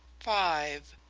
five.